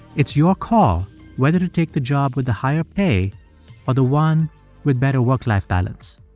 it's your call whether to take the job with the higher pay or the one with better work-life balance.